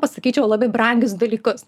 pasakyčiau labai brangius dalykus